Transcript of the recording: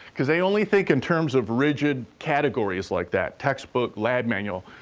cause they only think in terms of rigid categories like that textbook, lab manual.